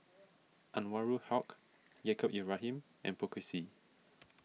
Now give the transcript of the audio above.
Anwarul Haque Yaacob Ibrahim and Poh Kay Swee